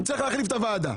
צריך להחליף את הוועדה,